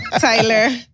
Tyler